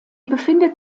befindet